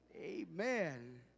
Amen